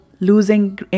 losing